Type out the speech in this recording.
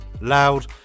Loud